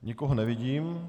Nikoho nevidím.